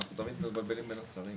אנחנו תמיד מבלבלים בין השרים.